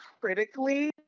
critically